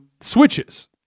switches